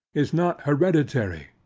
is not hereditary,